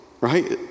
right